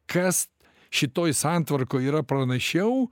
kas šitoj santvarkoj yra pranašiau